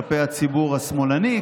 כלפי הציבור השמאלני,